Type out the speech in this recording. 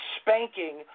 spanking